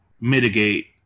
mitigate